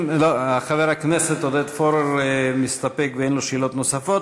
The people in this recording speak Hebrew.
חבר הכנסת עודד פורר מסתפק ואין לו שאלות נוספות.